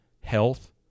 health